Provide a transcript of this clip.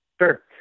Sure